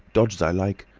dodge as i like.